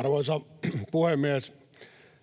Arvoisa puhemies!